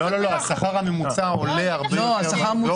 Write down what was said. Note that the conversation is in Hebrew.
לא, השכר הממוצע עולה הרבה יותר.